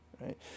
Right